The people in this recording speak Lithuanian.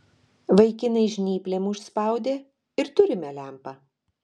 vaikinai žnyplėm užspaudė ir turime lempą